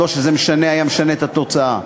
לא שזה היה משנה את התוצאה.